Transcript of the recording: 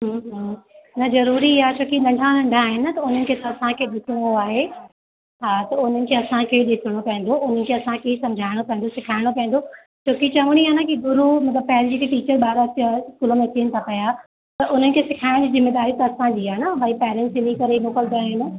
हूं हूं न जरूरी आहे छो की नंढा नंढा आहिनि न त उन्हनि खे त असांखे ॾिसिणो आहे हा हो उन्हनि खे असांखे ई ॾिसिणो पवंदो उन्हनि खे असांखे ई सम्झाएणो पवंदो सेखाइणो पवंदो छो की चवणी आहे न की गुरू मतिलब पंहिंजे हिते टीचर ॿार त स्कूल में अचनि था पिया त उन्हनि खे सेखाइण जी जिम्मेदारी त असांजी आहे न भई पैरेन्स इने करे मोकिलींदा आहिनि